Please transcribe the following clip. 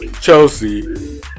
Chelsea